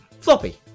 Floppy